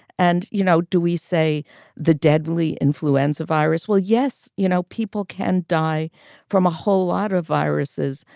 and, you know, do we say the deadly influenza virus? well, yes. you know, people can die from a whole lot of viruses,